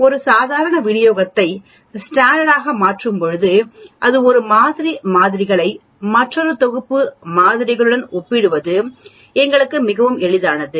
ஒரு சாதாரண விநியோகத்தை ஸ்டாண்டர்டு ஆக மாற்றும்போது ஒரு மாதிரி மாதிரிகளை மற்றொரு தொகுப்பு மாதிரிகளுடன் ஒப்பிடுவது எங்களுக்கு மிகவும் எளிதானது